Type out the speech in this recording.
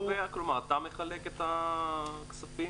אתה מחלק את הכספים?